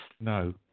No